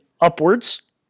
upwards